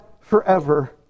forever